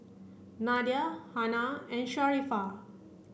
Nadia Hana and Sharifah